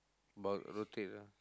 about rotate ah